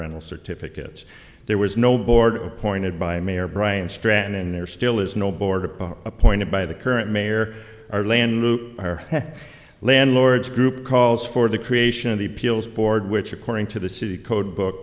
rental certificates there was no board appointed by mayor bryan stratton and there still is no board of appointed by the current mayor or land landlord's group calls for the creation of the appeals board which according to the city code book